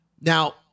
Now